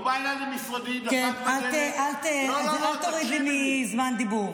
הוא בא אליי למשרדי ודפק בדלת --- אל תוריד לי מזמן הדיבור.